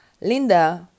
Linda